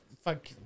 fuck